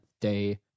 day